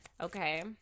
okay